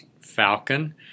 Falcon